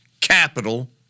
capital